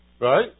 Right